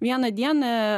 vieną dieną